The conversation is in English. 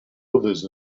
others